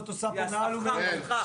היא כל חייה עכשיו מושקעים בזה.